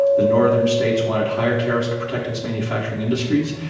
the northern states wanted higher tariffs to protect its manufacturing industries,